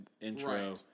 intro